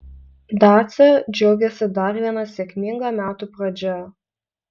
dacia džiaugiasi dar viena sėkminga metų pradžia